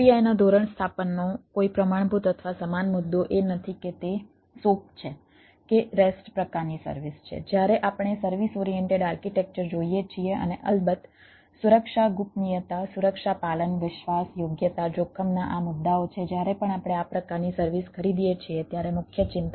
APIના ધોરણસ્થાપનનો કોઈ પ્રમાણભૂત અથવા સમાન મુદ્દો એ નથી કે તે સોપ પ્રકારની સર્વિસ છે જ્યારે આપણે સર્વિસ ઓરિએન્ટેડ આર્કિટેક્ચર જોઈએ છીએ અને અલબત્ત સુરક્ષા ગુપનીયતા સુરક્ષા પાલન વિશ્વાસ યોગ્યતા જોખમ આ મુદ્દાઓ છે જ્યારે પણ આપણે આ પ્રકારની સર્વિસ ખરીદીએ છીએ ત્યારે મુખ્ય ચિંતા